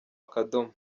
akadomo